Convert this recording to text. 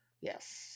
Yes